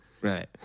Right